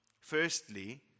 Firstly